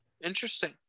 Interesting